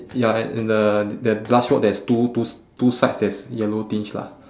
ya and and the the last rock there's two two s~ two sides that's yellow tinge lah